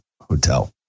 Hotel